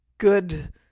good